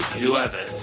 whoever